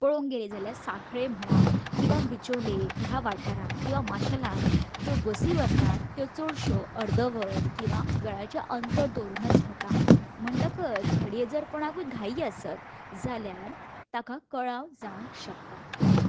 पळोवंक गेलीं जाल्यार साखळे म्हणा किंवां बिचोले ह्या वाठारान किंवां माशेलान ज्यो बसी वतात त्यो चडश्यो अर्दवर किंवां गळ्याचें अंतर दवरुनच वता म्हणटकच घडये जर कोणाकूय घाई आसत जाल्यार ताका कळाव जावंक शकता